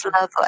love